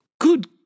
Good